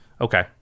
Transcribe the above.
Okay